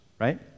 right